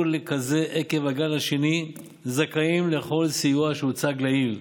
לכזה עקב הגל השני זכאים לכל הסיוע שהוצג לעיל.